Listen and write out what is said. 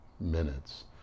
minutes